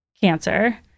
cancer